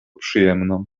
przyjemną